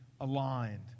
aligned